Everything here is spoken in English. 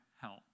help